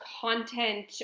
content